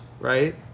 right